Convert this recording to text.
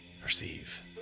Perceive